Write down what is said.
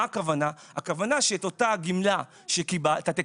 הכוונה היא שאת אותה גמלה שקיבלת,